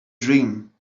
dream